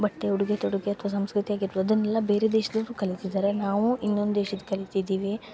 ಬಟ್ಟೆ ಉಡುಗೆ ತೊಡುಗೆ ಅಥ್ವ ಸಂಸ್ಕೃತಿ ಆಗಿರ್ಬೋದು ಅದನ್ನೆಲ್ಲ ಬೇರೆ ದೇಶ್ದೋರು ಕಲಿತಿದ್ದಾರೆ ನಾವು ಇನ್ನೊಂದು ದೇಶದ ಕಲಿತ್ತಿದ್ದಿವಿ